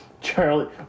Charlie